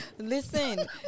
Listen